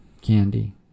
Candy